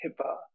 HIPAA